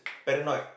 paranoid